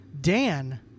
Dan